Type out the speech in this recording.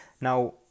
Now